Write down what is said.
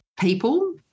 people